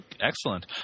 Excellent